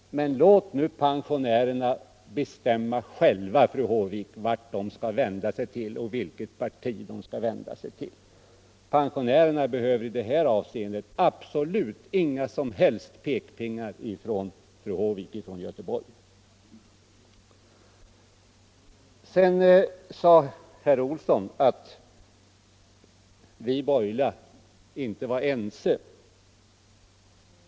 Låt nu pensionärerna bestämma själva vilket parti de skall vända sig till — pen sionärerna behöver i det avseendet inga som helst pekpinnar från fru Håvik! Herr Olsson i Stockholm sade att vi borgerliga inte var ense.